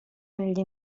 negli